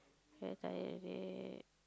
very tired already